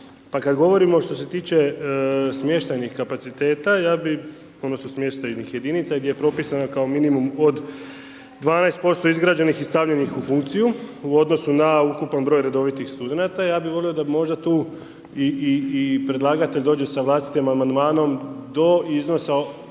pa kada govorimo što se tiče smještajnih kapaciteta, ja bi odnosno, smještajnih jedinica, gdje je propisan, kao minimum od 12% izgrađenih i stavljenih u funkciju, u odnosu na ukupan broj redovitih studenata. Ja bi volio da možda tu i predlagatelj dođe sa vlastitim amandmanom, do iznosa